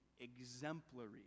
exemplary